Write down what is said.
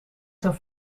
zijn